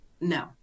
No